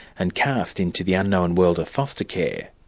and cast into the unknown world of foster care.